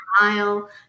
mile